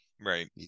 right